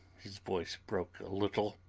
his voice broke a little,